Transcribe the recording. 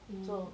mm